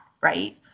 right